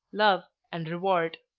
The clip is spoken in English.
love, and reward.